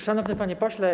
Szanowny Panie Pośle!